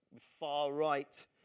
far-right